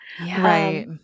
right